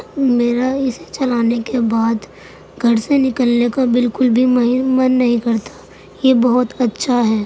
میرا اسے چلانے کے بعد گھر سے نکلنے کا بالکل بھی من نہیں کرتا یہ بہت اچھا ہے